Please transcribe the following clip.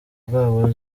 bwabo